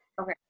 Okay